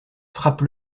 frappe